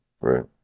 Right